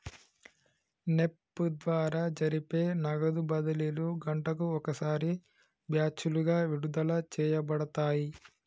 NEFT ద్వారా జరిపే నగదు బదిలీలు గంటకు ఒకసారి బ్యాచులుగా విడుదల చేయబడతాయి